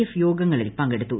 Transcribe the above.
F യോഗങ്ങളിൽ പങ്കെടുത്തു